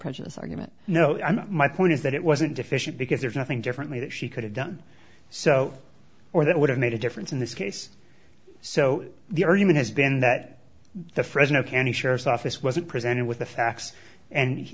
prejudice argument no my point is that it wasn't deficient because there's nothing differently that she could have done so or that would have made a difference in this case so the argument has been that the fresno county sheriff's office wasn't presented with the facts and